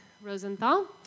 Rosenthal